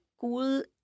cool